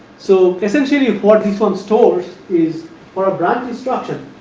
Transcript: so, essentially what this on store is for a branch instruction,